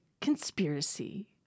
conspiracy